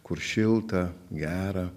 kur šilta gera